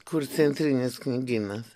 kur centrinis knygynas